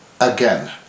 Again